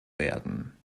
werden